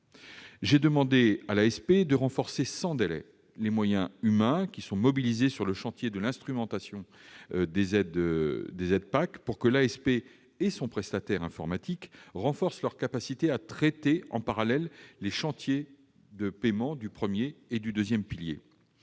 J'ai demandé à l'ASP de renforcer sans délai les moyens humains mobilisés pour le chantier de l'instrumentation des aides PAC pour que l'ASP et son prestataire informatique accroissent leur capacité à traiter en parallèle les chantiers du paiement des aides du premier et du deuxième pilier